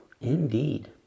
indeed